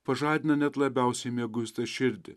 pažadina net labiausiai mieguistą širdį